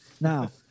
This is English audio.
Now